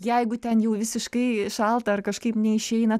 jeigu ten jau visiškai šalta ar kažkaip neišeina